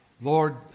Lord